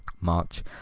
march